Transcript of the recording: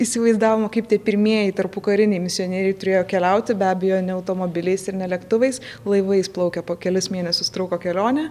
įsivaizdavome kaip tie pirmieji tarpukariniai misionieriai turėjo keliauti be abejo ne automobiliais ir ne lėktuvais laivais plaukė po kelis mėnesius truko kelionė